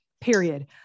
Period